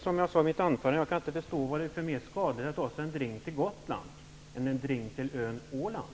Som jag sade i mitt anförande kan jag inte förstå varför det skulle vara till mer skada att ta sig en drink på väg till Gotland än att ta sig en drink på väg till Åland.